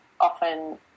often